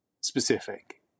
specific